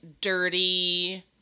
dirty